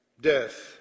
death